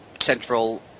central